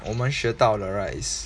我们学到的 right is